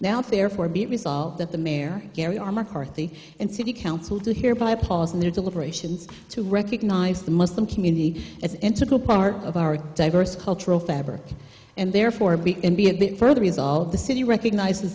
therefore be resolved that the mayor gary are mccarthy and city council to hear by applause and their deliberations to recognize the muslim community as integral part of our diverse cultural fabric and therefore we can be a bit further resolve the city recognizes